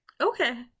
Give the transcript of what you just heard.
okay